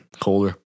Colder